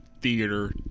theater